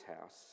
house